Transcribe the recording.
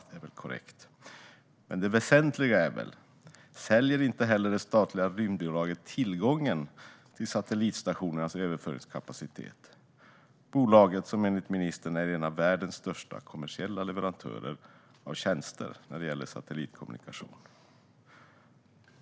Det är väl korrekt, men den väsentliga frågan är: Säljer inte heller det statliga rymdbolaget tillgången till satellitstationernas överföringskapacitet, detta bolag som enligt ministern är en av världens största kommersiella leverantörer av tjänster när det gäller satellitkommunikation?